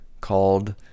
Called